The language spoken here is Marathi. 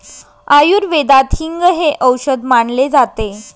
आयुर्वेदात हिंग हे औषध मानले जाते